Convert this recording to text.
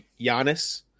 Giannis